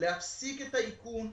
להפסיק את האיכון.